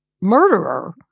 murderer